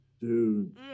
dude